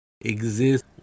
exist